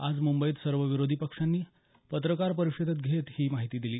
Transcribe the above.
आज मुंबईत सर्व विरोधी पक्षांनी पत्रकार परिषद घेत ही माहिती दिली